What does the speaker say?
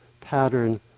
pattern